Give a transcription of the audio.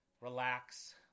relax